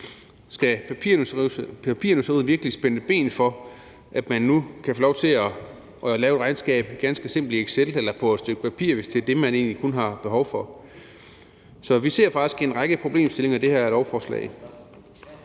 Skal papirnusseriet virkelig spænde ben for, at man kan få lov til at lave et regnskab i et ganske simpelt excelark eller på et stykke papir, hvis det kun er det, man har behov for? Vi ser faktisk en række problemstillinger i det her lovforslag.